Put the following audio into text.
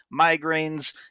migraines